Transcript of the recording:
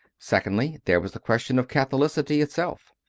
secondly, there was the question of catholic ity itself.